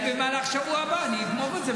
אני במהלך השבוע הבא אגמור את זה,